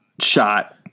shot